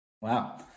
wow